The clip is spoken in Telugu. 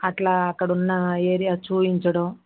అట్లా అక్కడున్న ఏరియా చూపించడం